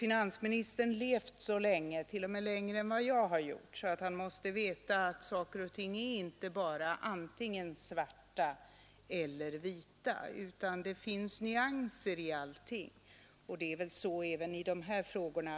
Finansministern har levt så länge t.o.m. längre än vad jag har gjort — att han måste veta att saker och ting inte bara är antingen svarta eller vita, utan att det finns nyanser i allting. Det är väl så även i de här frågorna.